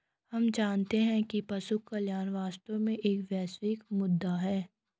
हम मानते हैं कि पशु कल्याण वास्तव में एक वैश्विक मुद्दा है